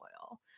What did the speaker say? oil